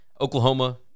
Oklahoma